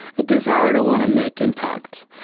a desire to want to make impact.